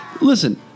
listen